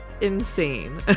insane